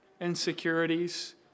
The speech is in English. insecurities